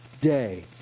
day